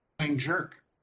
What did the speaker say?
jerk